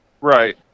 Right